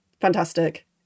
fantastic